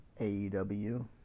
AEW